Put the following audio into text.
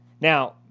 now